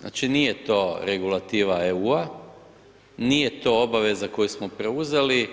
Znači nije to regulativa EU, nije to obaveza koju smo preuzeli,